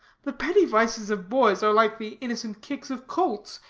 the petty vices of boys are like the innocent kicks of colts,